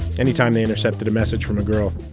any time they intercepted a message from a girl